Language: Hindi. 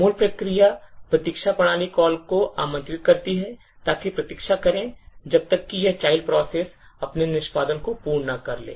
मूल प्रक्रिया प्रतीक्षा प्रणाली कॉल को आमंत्रित करती है ताकि प्रतीक्षा करें जब तक कि यह child precess अपने निष्पादन को पूरा न कर ले